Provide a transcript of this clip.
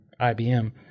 IBM